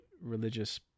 religious